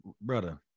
brother